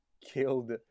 killed